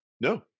No